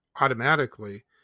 automatically